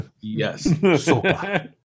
yes